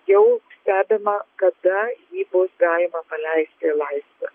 jau stebima kada jį bus galima paleisti į laisvę